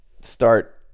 start